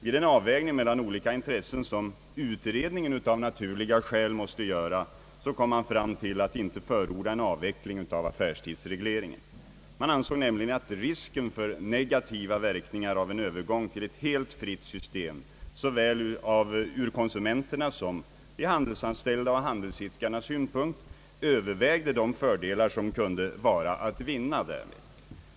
Vid den avvägning mellan olika intressen som utredningen av naturliga skäl måste göra kom man fram till att inte förorda en avveckling av affärstidsregleringen. Man ansåg nämligen att risken för negativa verkningar av en övergång till ett helt fritt system såväl ur konsumenternas som de handelsanställdas och handelsidkarnas synpunkt övervägde de fördelar som kunde vara att vinna därmed.